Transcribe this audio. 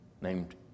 named